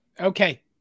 Okay